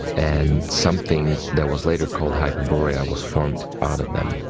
and something that was later called hyperborea was formed out of them.